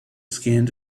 scanned